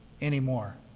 anymore